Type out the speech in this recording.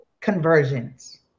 conversions